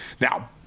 Now